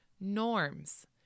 norms